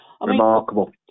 Remarkable